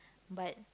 but